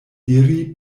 diri